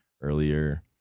earlier